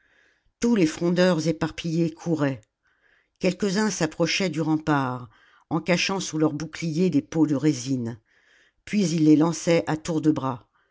tous les frondeurs éparpillés couraient quelques-uns s'approchaient du rempart en cachant sous leurs bouchers des pots de résine puis ils les lançaient à tour de bras